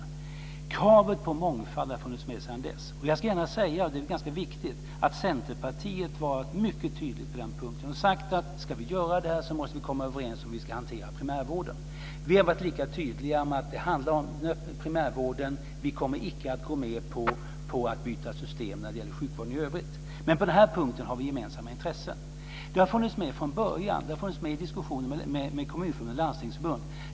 Kravet på mångfald har funnits med sedan dess. Jag ska gärna säga - det är ganska viktigt - att Centerpartiet har varit mycket tydligt på den punkten och sagt att man måste komma överens om hur man ska hantera primärvården om man ska göra detta. Vi har varit lika tydliga med att det handlar om primärvården. Vi kommer icke att gå med på att byta system när det gäller sjukvården i övrigt. Men på denna punkt har vi gemensamma intressen. Det har funnits med från början. Det har funnits med i diskussionen med kommunförbund och landstingsförbund.